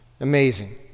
Amazing